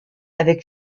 avec